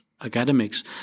academics